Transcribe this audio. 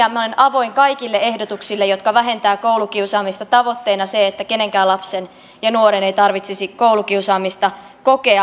minä olen avoin kaikille ehdotuksille jotka vähentävät koulukiusaamista tavoitteena se että kenenkään lapsen ja nuoren ei tarvitsisi koulukiusaamista kokea